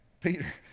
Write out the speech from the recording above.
Peter